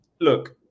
Look